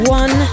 one